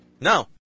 No